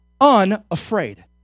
unafraid